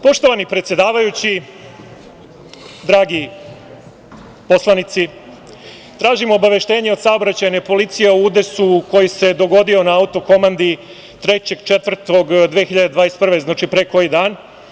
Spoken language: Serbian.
Poštovani predsedavajući, dragi poslanici, tražim obaveštenje od saobraćajne policije u udesu koji se dogodio na Autokomandi 3. aprila 2021. godine, znači pre koji dan.